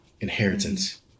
inheritance